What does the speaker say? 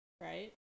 Right